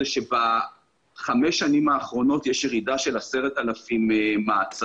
זה שבחמש השנים האחרונות יש ירידה של 10,000 מעצרים.